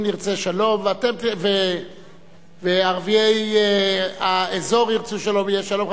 אם נרצה שלום וערביי האזור ירצו שלום, יהיה שלום.